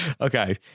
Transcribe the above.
Okay